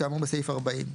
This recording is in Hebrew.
כאמור בסעיף 40,